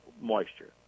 moisture